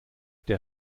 der